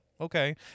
okay